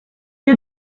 est